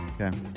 Okay